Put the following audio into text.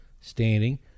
standing